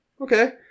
Okay